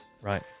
Right